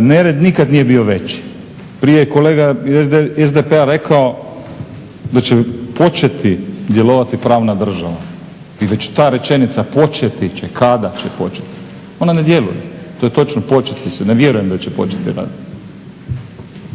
Nered nikada nije bio veći. Prije je kolega iz SDP-a rekao da će početi djelovati pravna država. I već ta rečenica, početi će, kada će početi? Ona ne djeluje. To je točno početi se. Ne vjerujem da će početi raditi.